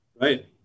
Right